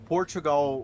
Portugal